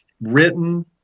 written